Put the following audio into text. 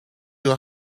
you